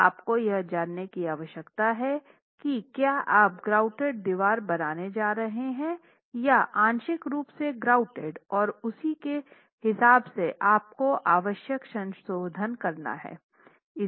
तो आपको यह जानने की आवश्यकता है कि क्या आप ग्राउटेड दीवार बनाने जा रहे हैं या या आंशिक रूप से ग्राउटेड और उसी के हिसाब से आपको आवश्यक संशोधन करना है